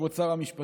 כבוד שר המשפטים,